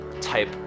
type